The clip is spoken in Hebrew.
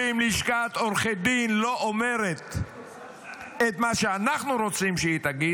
ואם לשכת עורכי דין לא אומרת את מה שאנחנו רוצים שהיא תגיד,